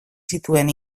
zituen